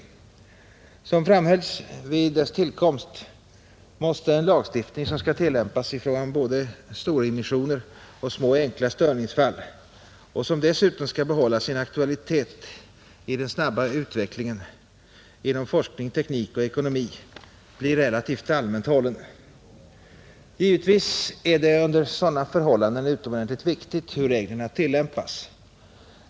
Såsom framhölls vid dess tillkomst måste en lagstiftning som skall tillämpas i fråga om både storimmissioner och små enkla störningsfall och som dessutom skall behålla sin aktualitet i den snabba utvecklingen inom forskning, teknik och ekonomi bli relativt allmänt hållen. Givetvis är det under sådana förhållanden utomordentligt viktigt hur reglerna tillämpas.